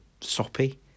Soppy